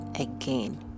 again